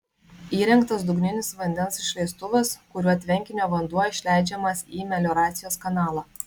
įrengtas dugninis vandens išleistuvas kuriuo tvenkinio vanduo išleidžiamas į melioracijos kanalą